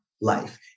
life